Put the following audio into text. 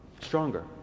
stronger